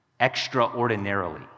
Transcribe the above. extraordinarily